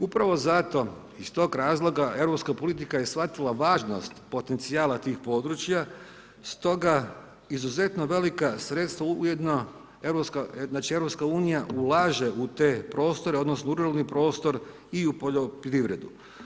Upravo zato i iz tog razloga, europska politika je shvatila važnost potencijala tih područja stoga izuzetno velika sredstva ujedno, znači EU ulaže u te prostore odnosno u ruralni prostor i u poljoprivredu.